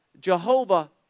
Jehovah